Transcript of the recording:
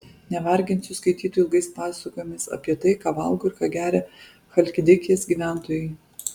nevarginsiu skaitytojų ilgais pasakojimais apie tai ką valgo ir ką geria chalkidikės gyventojai